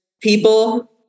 people